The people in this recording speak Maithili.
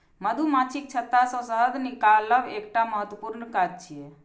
मधुमाछीक छत्ता सं शहद निकालब एकटा महत्वपूर्ण काज छियै